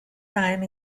time